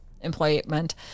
employment